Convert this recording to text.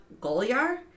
Goliar